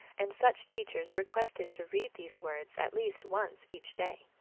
and such teachers requested to read these words at least once each day.